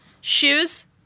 shoes